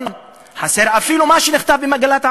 חסר אפילו מה שנכתב במגילת העצמאות,